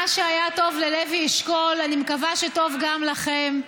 מה שהיה טוב ללוי אשכול, אני מקווה שטוב גם לכם.